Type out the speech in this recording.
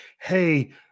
hey